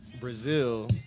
Brazil